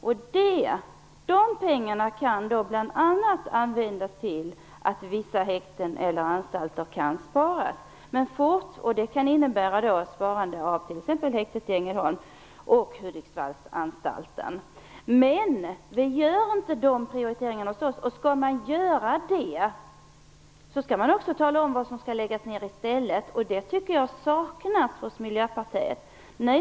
De pengarna kan bl.a. användas till att vissa häkten eller anstalter kan bevaras. Det kan t.ex. innebära att häktet i Ängelholm och Hudiksvallsanstalten kan räddas. Men vi gör inga prioriteringar. Om man skall göra prioriteringar skall man också tala om vilka enheter som skall läggas ner i stället. Det saknas i Miljöpartiets beskrivning.